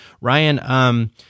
Ryan